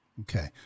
Okay